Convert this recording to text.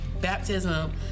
baptism